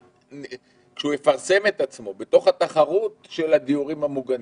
כשהוא יפרסם את עצמו בתוך התחרות של הדיורים המוגנים,